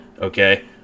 okay